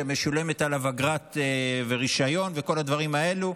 שמשולמת עליו אגרה ורישיון וכל הדברים האלה,